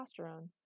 testosterone